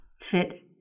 fit